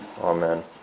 Amen